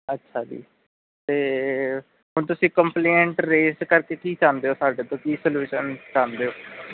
ਅੱਛਾ ਜੀ ਅਤੇ ਹੁਣ ਤੁਸੀਂ ਕੰਪਲੇਂਟ ਰੇਸ ਕਰਕੇ ਕੀ ਚਾਹੁੰਦੇ ਹੋ ਸਾਡੇ ਤੋਂ ਕੀ ਸਲਊਸ਼ਨ ਚਾਹੁੰਦੇ ਹੋ